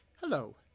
Hello